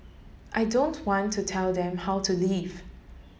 I don't want to tell them how to live